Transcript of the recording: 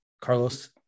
Carlos